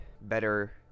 better